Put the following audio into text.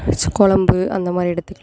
ஏதாச்சும் கொழம்பு அந்தமாதிரி எடுத்துக்கலாம்